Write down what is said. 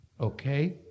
Okay